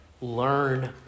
learn